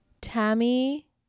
Tammy